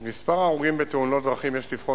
את מספר ההרוגים בתאונות דרכים יש לבחון